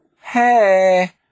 Hey